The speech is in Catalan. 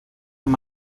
amb